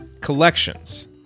collections